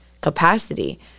capacity